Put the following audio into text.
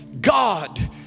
God